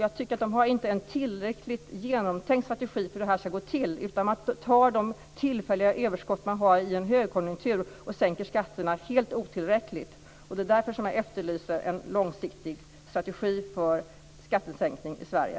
Jag tycker inte att de har en tillräckligt genomtänkt strategi för hur detta ska gå till. Man tar de tillfälliga överskott man har i en högkonjunktur och sänker skatterna helt otillräckligt. Det är därför som jag efterlyser en långsiktig strategi för skattesänkning i Sverige.